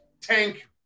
tank